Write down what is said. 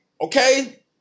Okay